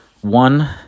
One